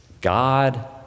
God